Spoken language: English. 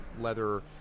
leather